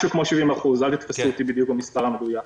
משהו כמו 70%. אל תתפסו אותי במספר המדויק.